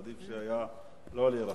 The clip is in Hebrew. עדיף היה לא להירשם.